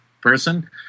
person